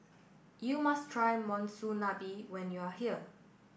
you must try Monsunabe when you are here